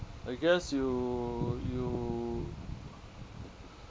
I guess you you